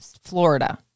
Florida